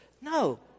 No